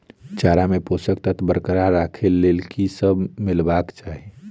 चारा मे पोसक तत्व बरकरार राखै लेल की सब मिलेबाक चाहि?